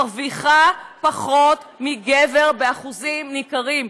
מרוויחה פחות מגבר באחוזים ניכרים?